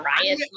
riot